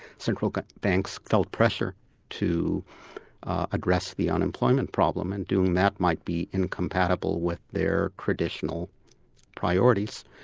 central banks felt pressure to address the unemployment problem, and doing that might be incompatible with their traditional priorities.